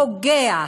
פוגע,